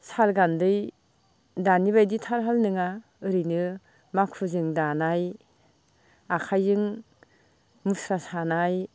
सारगान्दै दानि बायदि थारहाल नङा ओरैनो माखुजों दानाय आखाइजों मुस्रा सानाय